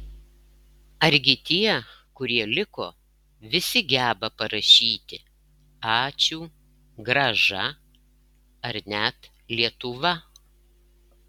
argi tie kurie liko visi geba parašyti ačiū grąža ar net lietuva